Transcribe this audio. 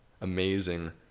amazing